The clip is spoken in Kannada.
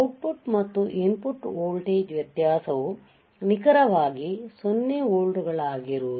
ಔಟ್ಪುಟ್ ಮತ್ತು ಇನ್ಪುಟ್ ವೋಲ್ಟೇಜ್ ವ್ಯತ್ಯಾಸವು ನಿಖರವಾಗಿ 0 ವೋಲ್ಟ್ಗಳಾಗಿರುವುದು